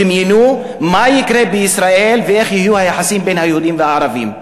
דמיינו מה יקרה בישראל ואיך יהיו היחסים בין היהודים לערבים.